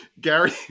Gary